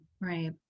right